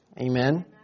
Amen